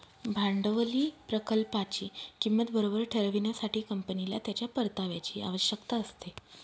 भांडवली प्रकल्पाची किंमत बरोबर ठरविण्यासाठी, कंपनीला त्याच्या परताव्याची आवश्यकता असते